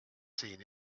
seen